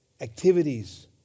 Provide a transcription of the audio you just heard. activities